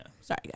sorry